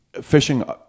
fishing